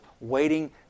waiting